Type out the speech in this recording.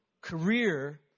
career